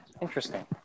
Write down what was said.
Interesting